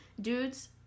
Dudes